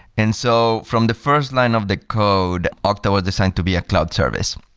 and so from the first line of the code, okta was designed to be a cloud service.